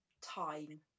Time